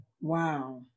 Wow